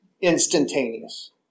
instantaneous